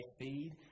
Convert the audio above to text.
feed